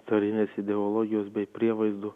carinės ideologijos bei prievaizdų